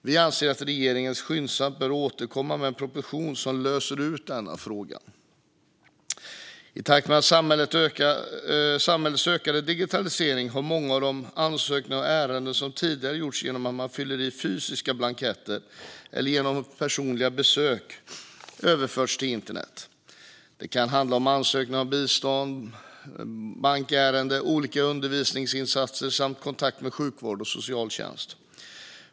Vi anser att regeringen skyndsamt bör återkomma med en proposition som löser denna fråga. I takt med samhällets ökande digitalisering har många av de ansökningar och ärenden som tidigare gjordes genom att man fyllde i fysiska blanketter eller genom personliga besök överförts till internet. Det kan handla om ansökningar om bistånd, bankärenden, olika undervisningsinsatser samt kontakt med sjukvård och socialtjänst.